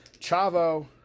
Chavo